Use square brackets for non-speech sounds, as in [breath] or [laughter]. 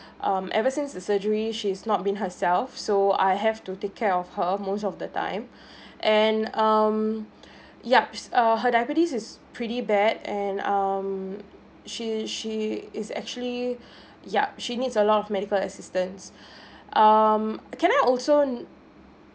um ever since the surgery she's not been herself so I have to take care of her most of the time [breath] and um [breath] yup her diabetes is pretty bad and um she she is actually [breath] yup she needs a lot of medical assistance [breath] um can I also